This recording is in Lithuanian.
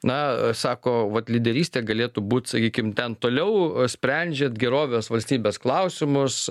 na sako vat lyderystė galėtų būt sakykim ten toliau sprendžiant gerovės valstybės klausimus